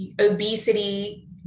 obesity